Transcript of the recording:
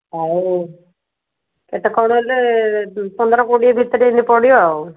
ଆଉ କେତେ କ'ଣ ହେଲେ ପନ୍ଦର କୋଡ଼ିଏ ଭିତରେ ଏମିତି ପଡ଼ିବ ଆଉ